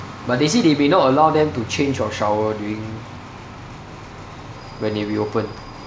but they say they may not allow them to change or shower during when they reopen